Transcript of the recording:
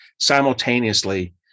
simultaneously